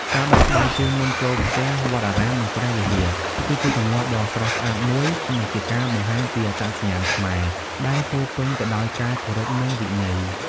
ការដោះស្បែកជើងមុនចូលផ្ទះ វត្តអារាម និងព្រះវិហារ គឺជាទម្លាប់ដ៏ស្រស់ស្អាតមួយ និងជាការបង្ហាញពីអត្តសញ្ញាណខ្មែរដែលពោរពេញទៅដោយការគោរព និងវិន័យ។